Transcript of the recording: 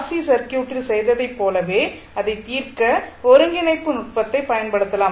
C சர்க்யூட்டில் செய்ததைப் போலவே அதைத் தீர்க்க ஒருங்கிணைப்பு நுட்பத்தைப் பயன்படுத்தலாம்